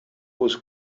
was